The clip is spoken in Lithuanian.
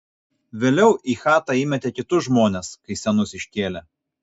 vėliau į chatą įmetė kitus žmones kai senus iškėlė